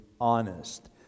honest